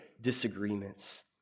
disagreements